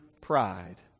pride